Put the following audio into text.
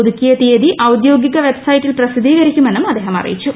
പുതുക്കിയ തീയതി ഔദ്യോഗിക വെബ്സൈറ്റിൽ പ്രസിദ്ധീകരിക്കുമെന്നും അദ്ദേഹം അറിയിച്ചു